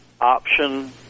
option